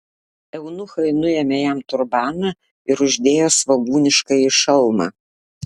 eunuchai nuėmė jam turbaną ir uždėjo svogūniškąjį šalmą